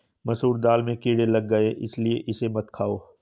मसूर दाल में कीड़े लग गए है इसलिए इसे मत खाओ